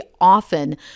often